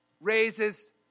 raises